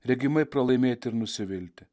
regimai pralaimėti ir nusivilti